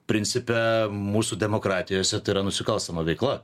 principe mūsų demokratijose tai yra nusikalstama veikla